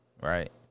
right